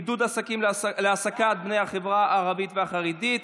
עידוד עסקים להעסקת בני החברה הערבית והחרדית),